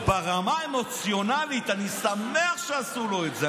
ברמה האמוציונלית אני שמח שעשו לו את זה,